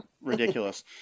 ridiculous